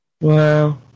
Wow